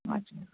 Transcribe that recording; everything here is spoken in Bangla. আচ্ছা